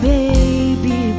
baby